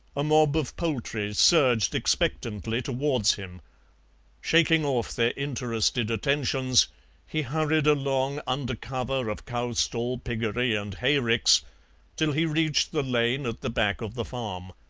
a mob of poultry surged expectantly towards him shaking off their interested attentions he hurried along under cover of cowstall, piggery, and hayricks till he reached the lane at the back of the farm.